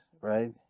right